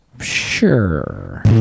Sure